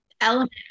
element